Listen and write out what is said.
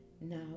Now